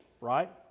Right